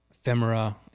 ephemera